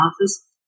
office